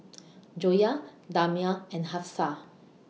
Joyah Damia and Hafsa